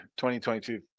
2022